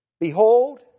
Behold